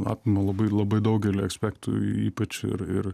apima labai labai daugelį aspektų ypač ir ir